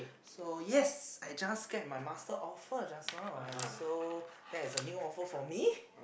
so yes I just get my master offer just now and so that is a new offer for me